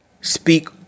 speak